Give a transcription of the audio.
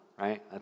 right